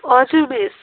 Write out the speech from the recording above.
हजुर मिस